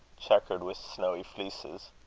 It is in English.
chequered with snowy fleeces.